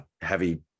heavy